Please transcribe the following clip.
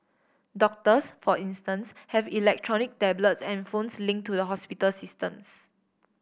doctors for instance have electronic tablets and phones linked to the hospital systems